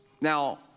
Now